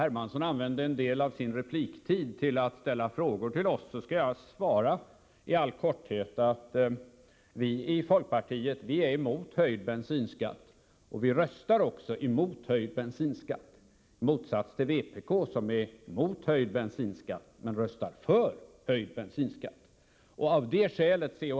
Hermansson använde en del av sin repliktid till att ställa frågor till oss, skall jag svara i all korthet att vi i folkpartiet är emot höjd bensinskatt och att vi även röstar emot höjd bensinskatt, i motsats till vpk som är emot höjd bensinskatt men röstar för höjd bensinskatt. Av det skälet, C.-H.